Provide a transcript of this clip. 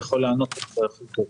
הוא יכול לענות על זה בצורה הכי טובה.